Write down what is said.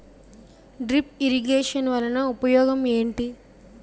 drip irrigation వలన ఉపయోగం ఏంటి